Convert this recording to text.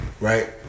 right